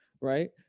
right